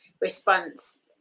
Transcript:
response